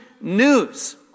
news